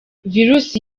virusi